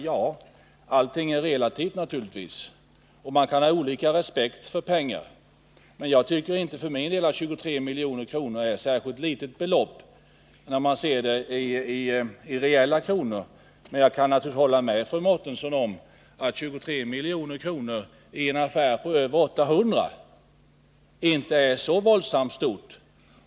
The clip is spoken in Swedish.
Ja, man kan naturligtvis ha olika stor respekt för pengar, men jag för min del tycker inte att 23 milj.kr. är något särskilt litet belopp i reella pengar. Däremot kan jag hålla med fru Mårtensson om att 23 milj.kr. i en affär på över 800 milj.kr. inte är våldsamt mycket.